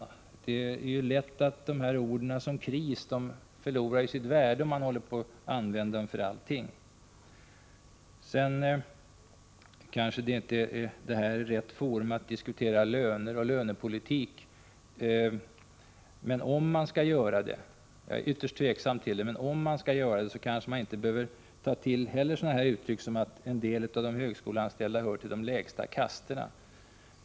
Det är lätt att ord som kris förlorar sitt värde, om man använder dem för allting. Riksdagens kammare är kanske inte rätt forum för att diskutera löner och lönepolitik. Men om man skall göra det — vilket jag är ytterst tveksam till — behöver man kanske inte heller ta till uttryck som att en del av de högskoleanställda hör till de lägsta kasterna.